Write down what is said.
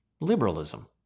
Liberalism